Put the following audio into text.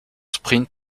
sprint